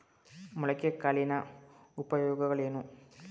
ಮೊಳಕೆ ಕಾಳಿನ ಉಪಯೋಗಗಳೇನು?